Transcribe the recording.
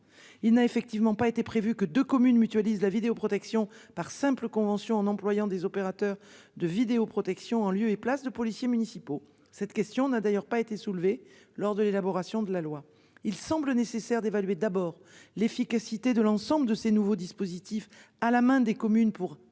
Il n'a effectivement pas été prévu que de communes mutualisent la vidéoprotection par simple convention en employant des opérateurs de vidéoprotection en lieu et place de policiers municipaux. Cette question n'a d'ailleurs pas été soulevée lors de l'élaboration de la loi, il semble nécessaire d'évaluer, d'abord l'efficacité de l'ensemble de ces nouveaux dispositifs à la main des communes pour assurer